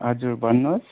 हजुर भन्नुहोस्